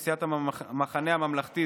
סיעת המחנה הממלכתי,